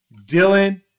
Dylan